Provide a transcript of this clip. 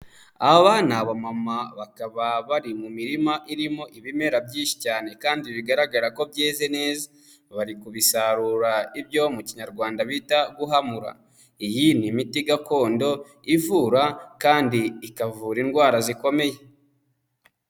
Aba ni abamama bakaba bari mu mirima irimo ibimera byinshi cyane kandi bigaragara ko byeze neza, bari kubisarura ibyo mu kinyarwanda bita guhamura, iyi ni imiti gakondo ivura kandi ikavura indwara zikomeye.